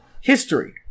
history